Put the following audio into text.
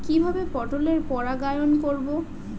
কিভাবে পটলের পরাগায়ন করব?